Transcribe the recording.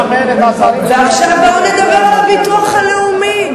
עכשיו בואו נדבר על הביטוח הלאומי.